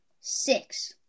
six